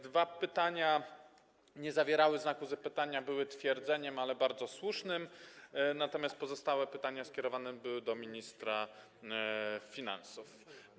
Dwie wypowiedzi nie zawierały znaku zapytania, były twierdzeniami, ale bardzo słusznym, natomiast pozostałe pytania skierowane były do ministra finansów.